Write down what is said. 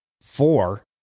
four